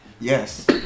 Yes